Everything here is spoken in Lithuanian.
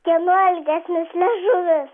kieno ilgesnis liežuvis